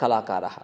कलाकारः